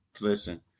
Listen